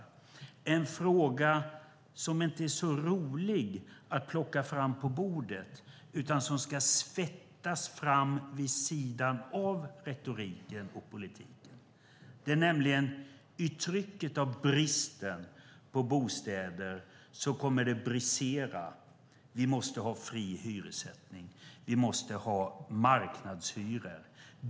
Det är en fråga som inte är så rolig att plocka fram på bordet, utan som ska svettas fram vid sidan av retoriken och politiken. I trycket av bristen på bostäder kommer det att brisera. Vi måste ha fri hyressättning. Vi måste ha marknadshyror.